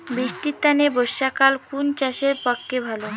বৃষ্টির তানে বর্ষাকাল কুন চাষের পক্ষে ভালো?